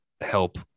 help